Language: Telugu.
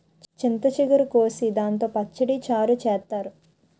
చింత చిగురు కోసి దాంతో పచ్చడి, చారు చేత్తారు